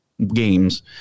games